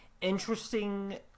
interesting